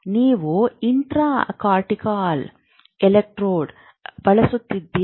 ನೀವು ಇಂಟ್ರಾಕಾರ್ಟಿಕಲ್ ವಿದ್ಯುದ್ವಾರವನ್ನು ಬಳಸುತ್ತಿರುವಿರಿ